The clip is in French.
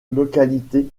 localité